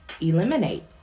eliminate